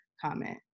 comment